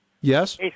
Yes